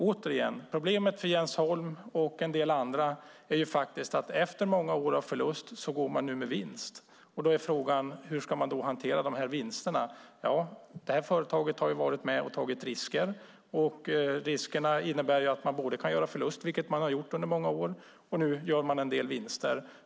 Återigen: Problemet för Jens Holm och en del andra är att företaget nu, efter många år med förlust, går med vinst. Frågan är då hur vinsterna ska hanteras. Ja, företaget har varit med och tagit risker. Risker innebär att man kan göra förluster, vilket man gjort i många år. Nu gör man en del vinster.